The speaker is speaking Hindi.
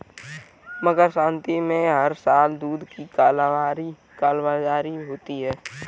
मकर संक्रांति में हर साल दूध की कालाबाजारी होती है